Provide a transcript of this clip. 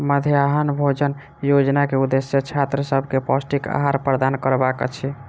मध्याह्न भोजन योजना के उदेश्य छात्र सभ के पौष्टिक आहार प्रदान करबाक अछि